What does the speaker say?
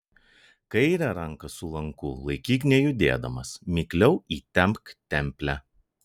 kairę ranką su lanku laikyk nejudėdamas mikliau įtempk templę